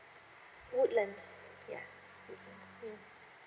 woodlands ya woodlands